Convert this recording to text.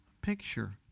picture